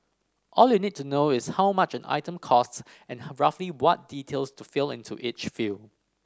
all you need to know is how much an item costs and roughly what details to fill into each field